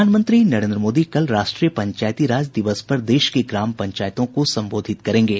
प्रधानमंत्री नरेन्द्र मोदी कल राष्ट्रीय पंचायती राज दिवस पर देश की ग्राम पंचायतों को संबोधित करेंगे